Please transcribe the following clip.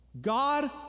God